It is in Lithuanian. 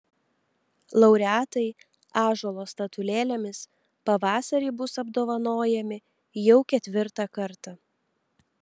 laureatai ąžuolo statulėlėmis pavasarį bus apdovanojami jau ketvirtą kartą